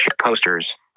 posters